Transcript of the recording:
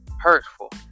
hurtful